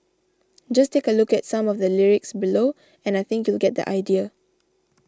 just take a look at some of the lyrics below and I think you'll get the idea